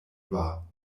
war